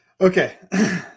Okay